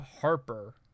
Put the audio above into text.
Harper